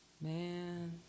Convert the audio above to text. Man